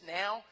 now